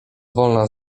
wolna